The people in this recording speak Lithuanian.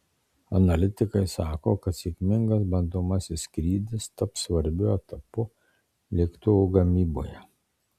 analitikai sako kad sėkmingas bandomasis skrydis taps svarbiu etapu lėktuvo gamyboje